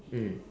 mm